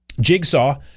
Jigsaw